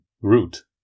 root